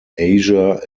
asia